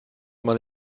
mal